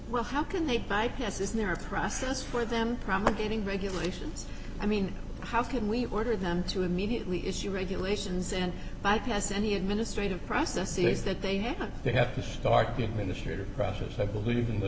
well how can they bypass is there a process for them promulgating regulations i mean how can we order them to immediately issue regulations and bypass any administrative processes that they have they have to start the administrative process i believe in the